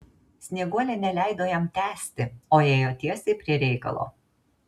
snieguolė neleido jam tęsti o ėjo tiesiai prie reikalo